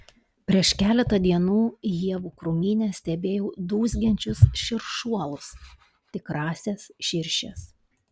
prieš keletą dienų ievų krūmyne stebėjau dūzgiančius širšuolus tikrąsias širšes